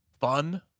fun